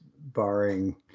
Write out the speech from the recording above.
barring